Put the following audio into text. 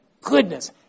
goodness